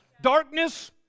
Darkness